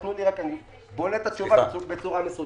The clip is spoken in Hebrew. רק תנו לי להשלים כי אני בונה את התשובה בצורה מסודרת.